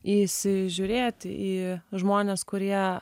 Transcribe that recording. įsižiūrėti į žmones kurie